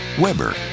Weber